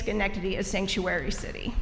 schenectady a sanctuary city